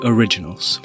Originals